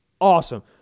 Awesome